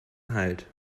halt